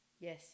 Yes